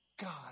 God